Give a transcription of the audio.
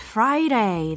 Friday